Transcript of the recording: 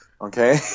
okay